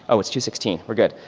oh, its two sixteen. we're good.